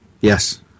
yes